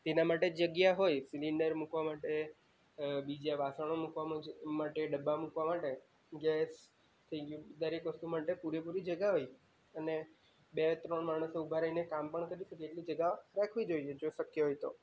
તેના માટે જગ્યા હોય સિલિન્ડર મૂકવા માટે બીજા વાસણો મૂકવામાં જે ડબ્બા મૂકવા માટે ગેસ થઈ ગયું દરેક વસ્તુ માટે પૂરે પૂરી જગ્યા હોય અને બે ત્રણ માણસો ઊભા રહીને કામ પણ કરી શકે એટલી જગ્યા રાખવી જોઈએ જો શક્ય હોય તો